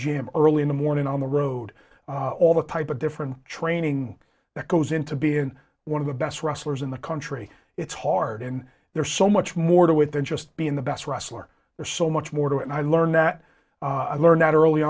g m early in the morning on the road all the type of different training that goes into being one of the best wrestlers in the country it's hard and there's so much more to it than just being the best wrestler there's so much more to and i learned that i learned that early